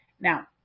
Now